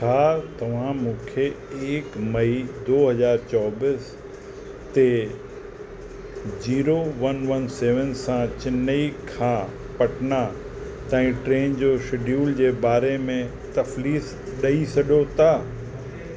छा तव्हां मूंखे हिक मई दो हज़ार चोबीस ते जीरो वन वन सेवन सां चेन्नई खां पटना ताईं ट्रेन जे शेड्यूल जे बारे में तफ़लीस ॾेई सघो था